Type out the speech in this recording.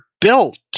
built